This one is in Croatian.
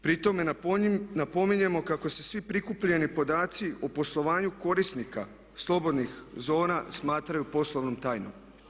Pri tome napominjemo kako se svi prikupljeni podaci o poslovanju korisnika slobodnih zona smatraju poslovnom tajnom.